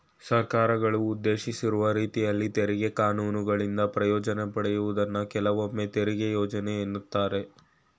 ಸರ್ಕಾರಗಳು ಉದ್ದೇಶಿಸಿರುವ ರೀತಿಯಲ್ಲಿ ತೆರಿಗೆ ಕಾನೂನುಗಳಿಂದ ಪ್ರಯೋಜ್ನ ಪಡೆಯುವುದನ್ನ ಕೆಲವೊಮ್ಮೆತೆರಿಗೆ ಯೋಜ್ನೆ ಎನ್ನುತ್ತಾರೆ